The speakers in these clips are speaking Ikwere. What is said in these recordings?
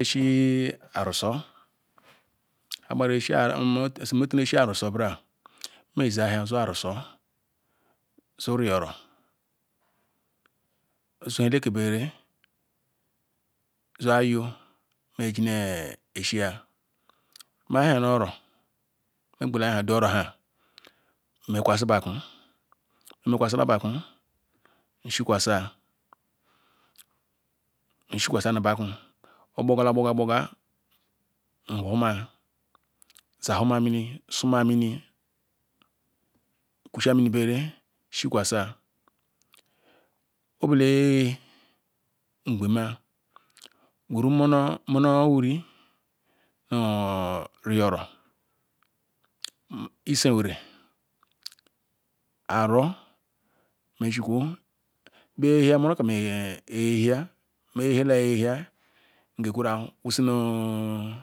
eshie arushe mmeze ahia zu arusie zu riyoror zu ebekebere zu anyo meji nr shia mayahiana oro ngwera du oro nmekwasi biakwu mmkwesila blekw nshikwasa nu biakwu ogborgala gborga whorna nzarhohoma mini nsumamini nkwushia mini bere shikwashia obele aye ngwema ngweru monorwiri nu riyoror iscwera aru yisikwo be yehiamono kai oyehia ni yehiayahia ka gwerua yiza nu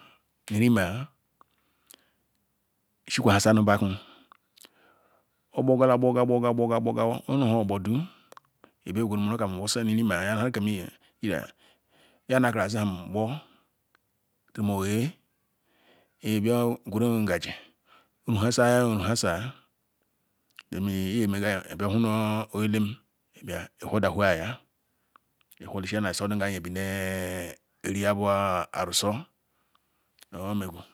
rimea nshikwahe nu blabwu ogborgalagborga abuga ka nu ogborudu ebia gwara monor yisia nu rimza aruzie gbow till oye ebia gweru ngalu ruhasar ruhasar emega ebia hu nu oyekm ehordahor ngem ebido eria osia orusi onrgh.